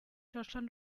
deutschland